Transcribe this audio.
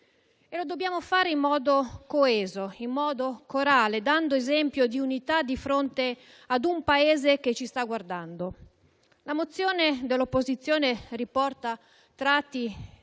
E lo dobbiamo fare in modo coeso, in modo corale, dando esempio di unità di fronte ad un Paese che ci sta guardando. La mozione dell'opposizione riporta tratti del